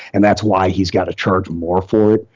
and that's why he's got to charge more for it,